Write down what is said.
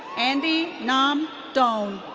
andy nam doan.